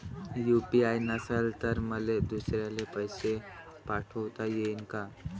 UPI नसल तर मले दुसऱ्याले पैसे पाठोता येईन का?